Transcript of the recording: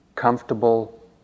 comfortable